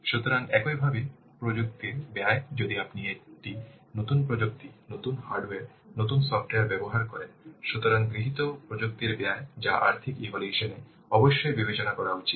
সুতরাং একইভাবে প্রযুক্তির ব্যয় যদি আপনি একটি নতুন প্রযুক্তি নতুন হার্ডওয়্যার নতুন সফ্টওয়্যার ব্যবহার করবেন সুতরাং গৃহীত প্রযুক্তির ব্যয় যা আর্থিক ইভ্যালুয়েশন এ অবশ্যই বিবেচনা করা উচিত